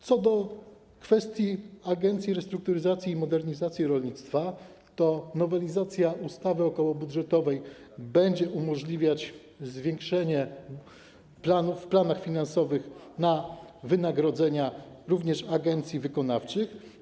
Co do kwestii Agencji Restrukturyzacji i Modernizacji Rolnictwa to nowelizacja ustawy okołobudżetowej będzie umożliwiać zwiększenie w planach finansowych na wynagrodzenia również agencji wykonawczych.